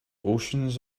oceans